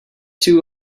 too